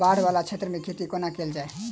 बाढ़ वला क्षेत्र मे खेती कोना कैल जाय?